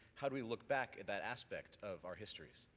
how do we look back at that aspect of our histories?